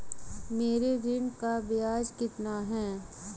मेरे ऋण का ब्याज कितना है?